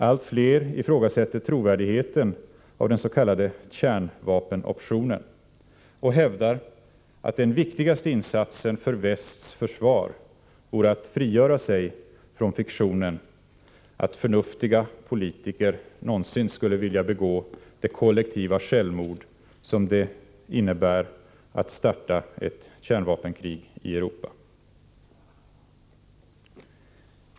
Allt fler ifrågasätter trovärdigheten av den s.k. kärnvapenoptionen och hävdar att den viktigaste insatsen för västs försvar vore att frigöra sig från fiktionen att förnuftiga politiker någonsin skulle vilja begå det kollektiva självmord som det innebär att starta ett kärnvapenkrig i Europa.